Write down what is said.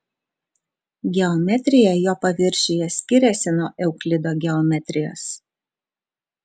geometrija jo paviršiuje skiriasi nuo euklido geometrijos